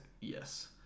Yes